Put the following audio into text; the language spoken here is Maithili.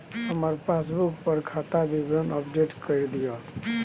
हमर पासबुक पर खाता विवरण अपडेट कर दियो